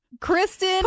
Kristen